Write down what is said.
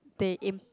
they im~